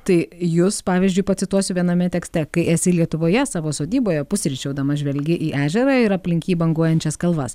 tai jus pavyzdžiui pacituosiu viename tekste kai esi lietuvoje savo sodyboje pusryčiaudamas žvelgi į ežerą ir aplink jį banguojančias kalvas